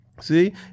See